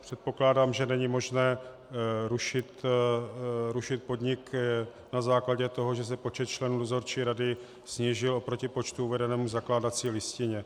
Předpokládám, že není možné rušit podnik na základě toho, že se počet členů dozorčí rady snížil oproti počtu uvedenému v zakládací listině.